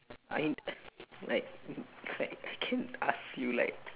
I like like I can't ask you like